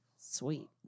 Sweet